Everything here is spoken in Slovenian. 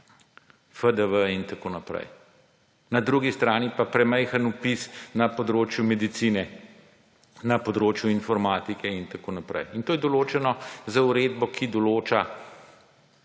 FDV in tako naprej. Na drugi strani pa premajhen vpis na področju medicine, na področju informatike in tako naprej. In to je določeno z uredbo, ki določa